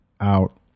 out